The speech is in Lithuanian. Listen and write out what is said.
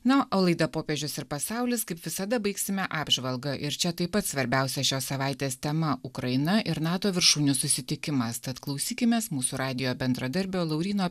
na o laida popiežius ir pasaulis kaip visada baigsime apžvalga ir čia taip pat svarbiausia šios savaitės tema ukraina ir nato viršūnių susitikimas tad klausykimės mūsų radijo bendradarbio lauryno